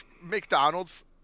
McDonald's